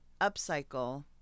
upcycle